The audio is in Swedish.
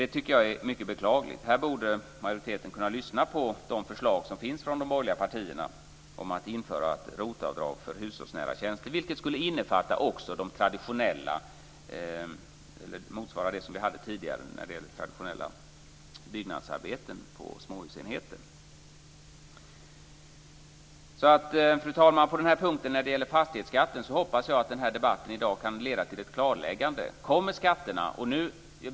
Det tycker jag är mycket beklagligt. Majoriteten borde kunna lyssna på de förslag som finns från de borgerliga partierna om att införa ROT-avdrag för hushållsnära tjänster. Det skulle innefatta också de traditionella byggnadsarbetena på småhusenheter, och motsvara det som vi hade tidigare. Fru talman! På den punkt som gäller fastighetsskatten hoppas jag att debatten i dag kan leda till ett klarläggande.